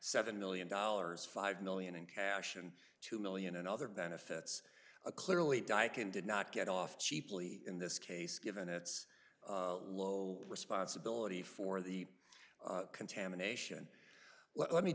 seven million dollars five million in cash and two million and other benefits a clearly dyken did not get off cheaply in this case given its low responsibility for the contamination let me